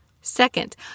Second